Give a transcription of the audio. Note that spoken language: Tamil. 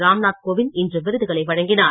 ராம்நாத் கோவிந்த் இன்று விருதுகளை வழங்கினார்